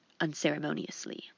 unceremoniously